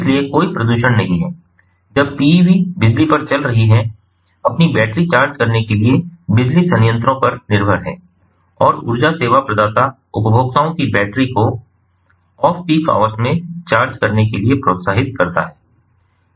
इसलिए कोई प्रदूषण नहीं है जब पीईवी बिजली पर चल रही है अपनी बैटरी चार्ज करने के लिए बिजली संयंत्रों पर निर्भर है और ऊर्जा सेवा प्रदाता उपभोक्ताओं की बैटरी को ऑफ पीक आवर्स में चार्ज करने के लिए प्रोत्साहित करता है